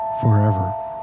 forever